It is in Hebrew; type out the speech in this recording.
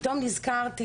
פתאום נזכרתי,